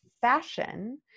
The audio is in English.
fashion